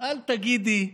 אל תגידי: